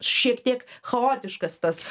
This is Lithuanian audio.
šiek tiek chaotiškas tas